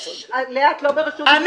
הרסו לו את הבית, הוא רוצה להרוס לנו את הבית.